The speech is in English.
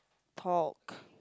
talk